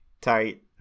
tight